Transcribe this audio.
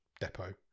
depot